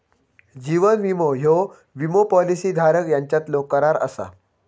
जीवन विमो ह्यो विमो पॉलिसी धारक यांच्यातलो करार असा